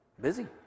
busy